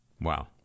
Wow